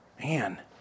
Man